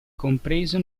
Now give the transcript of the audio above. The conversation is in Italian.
compreso